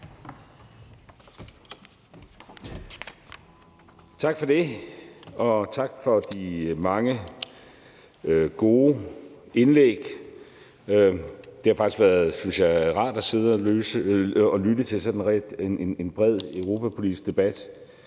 Tak for det, og tak for de mange gode indlæg. Det har faktisk været, synes jeg, rart at sidde og lytte til sådan en bred europapolitisk debat.